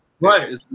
Right